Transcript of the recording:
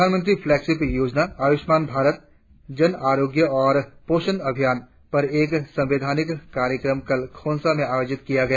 प्रधानमंत्री फ्लैगशिप योजनाओं आयुष्मान भारत जन आरोग्य और पोशन अभियान पर एक संवेदीकरण कार्यक्रम कल खोंसा में आयोजित किया गया